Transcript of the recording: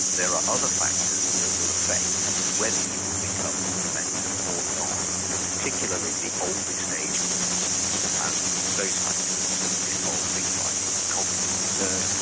there are other factors that will affect whether you will become demented or not particularly the oldest age groups and those factors involve things like cognitive reserve,